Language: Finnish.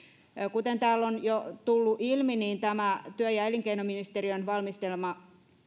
kuten täällä on jo tullut ilmi tämä työ ja elinkeinoministeriön valmistelema